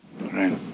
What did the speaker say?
Right